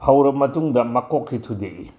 ꯐꯧꯔꯕ ꯃꯇꯨꯡꯗ ꯃꯀꯣꯛꯁꯤ ꯊꯨꯗꯦꯛꯏ